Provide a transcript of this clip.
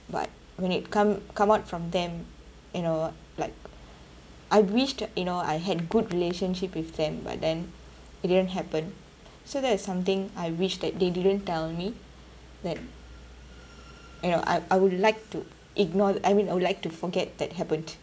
but when it come come out from them you know like I wished you know I had good relationship with them but then it didn't happen so that is something I wish that they didn't tell me that you know I I would like to ignore I mean I would like to forget that happened